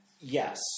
Yes